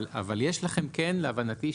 אבל להבנתי,